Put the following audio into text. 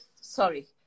sorry